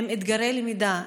עם אתגרי למידה,